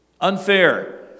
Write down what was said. Unfair